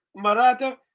Marata